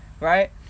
right